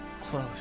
close